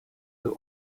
the